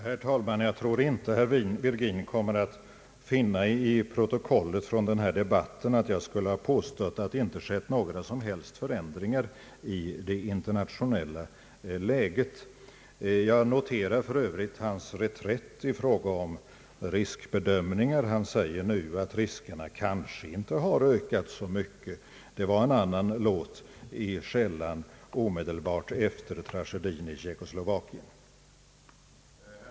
Herr talman! Jag tror inte att herr Virgin i protokollet från denna debatt kommer att finna att jag skulle ha påstått att det inte skett några som helst förändringar i det internationella läget. Jag noterar för övrigt herr Virgins reträtt i fråga om riskbedömningen. Han säger nu att riskerna kanske inte har ökat så mycket. Det var en annan låt i skällan omedelbart efter tragedin i Tjeckoslovakien förra året.